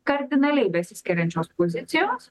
kardinaliai besiskiriančios pozicijos